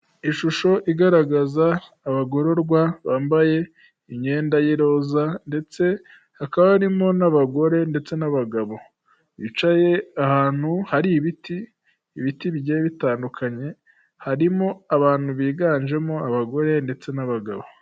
Ishusho igaragaza abagororwa bambaye imyenda y'iroza ndetse hakaba harimo n'abagore ndetse n'abagabo, bicaye ahantu hari ibiti, ibiti bigiye bitandukanye harimo abantu biganjemo abagore ndetse n'abagabo.